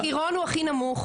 מחירון הוא הכי נמוך,